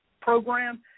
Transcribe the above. program